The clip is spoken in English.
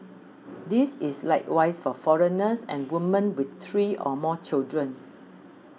this is likewise for foreigners and women with three or more children